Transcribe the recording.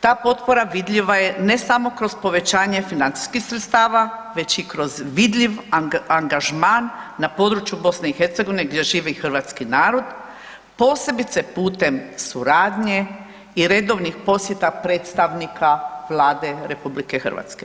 Ta potpora vidljiva je ne samo kroz povećanje financijskih sredstava već i kroz vidljiv angažman na području BiH gdje živi hrvatski narod posebice putem suradnje i redovnih posjeta predstavnika Vlade RH.